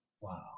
Wow